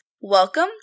Welcome